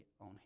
on